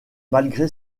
malgré